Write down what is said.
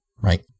Right